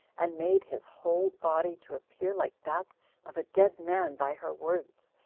and made his whole body to appear like that of a dead man by her words,